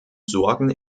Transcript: sorgen